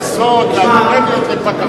מכסות, על, לפקחים.